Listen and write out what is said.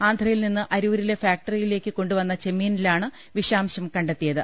ആന്ധ്രയിൽനിന്ന് അരൂരിലെ ഫാക്ടറിയിലേക്ക് കൊണ്ടുവന്ന ചെമ്മീനിലാണ് വിഷാംശം കണ്ടെത്തിയത്